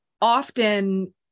often